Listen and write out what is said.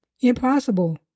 Impossible